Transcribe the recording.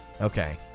Okay